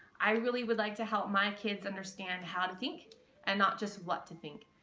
i really would like to help my kids understand how to think and not just what to think.